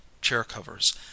chair-covers